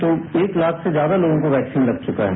तो एक लाख से ज्यादा लोगों को वैक्सीन लग चुका है